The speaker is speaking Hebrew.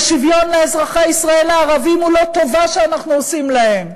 והשוויון לאזרחי ישראל הערבים הוא לא טובה שאנחנו עושים להם,